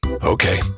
Okay